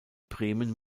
bremen